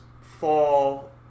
fall